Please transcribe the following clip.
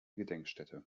gedenkstätte